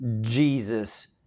Jesus